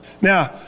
Now